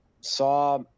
saw